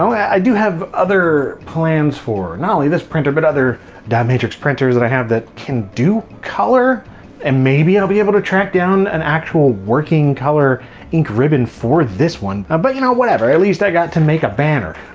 i do have other plans for not only this printer but other dot matrix printers that i have that can do color and maybe i'll be able to track down an actual working color ink ribbon for this one. um but you know whatever, at least i got to make a banner.